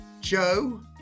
Joe